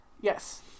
Yes